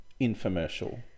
infomercial